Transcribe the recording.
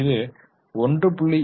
இது 1